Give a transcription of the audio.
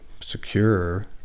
secure